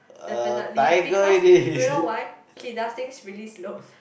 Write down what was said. definitely because you know why he does things really slow